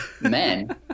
men